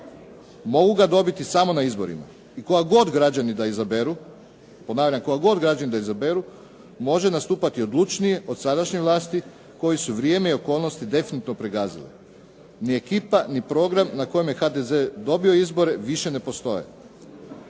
Mogu ga dobiti samo na izborima. I koga god građani da izaberu može nastupati odlučnije od sadašnje vlasti koje su vrijeme i okolnosti definitivno pregazile. Ni ekipa ni program na kojem je HDZ dobio izbore više ne postoje.